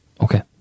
Okay